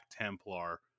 Templar